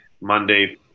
Monday